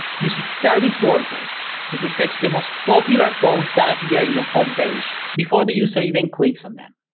uses service workers to refresh the most popular posts that appear in the homepage before the user even clicks on them.